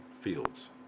fields